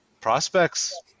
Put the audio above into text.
prospects